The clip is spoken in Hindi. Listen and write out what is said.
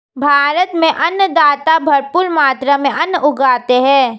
भारत में अन्नदाता भरपूर मात्रा में अन्न उगाते हैं